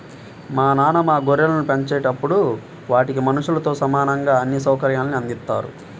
మా నాన్న మా గొర్రెలను పెంచేటప్పుడు వాటికి మనుషులతో సమానంగా అన్ని సౌకర్యాల్ని అందిత్తారు